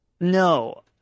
no